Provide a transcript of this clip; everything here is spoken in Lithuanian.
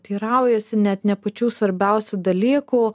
teiraujasi net ne pačių svarbiausių dalykų